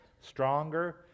stronger